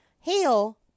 hail